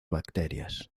bacterias